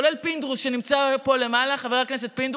כולל פינדרוס שנמצא פה למעלה, חבר הכנסת פינדרוס,